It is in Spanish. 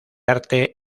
arte